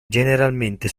generalmente